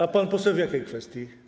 A pan poseł w jakiej kwestii?